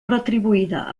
retribuïda